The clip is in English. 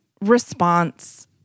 response